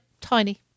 tiny